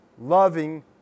loving